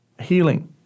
healing